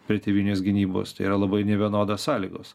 prie tėvynės gynybos tai yra labai nevienodos sąlygos